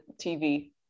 tv